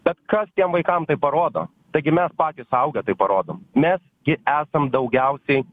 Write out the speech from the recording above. bet kas tiem vaikam tai parodo taigi mes patys suaugę tai parodom mes gi esam daugiausiai